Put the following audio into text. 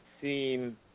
seem